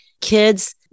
kids